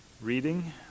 Reading